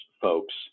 folks